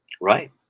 right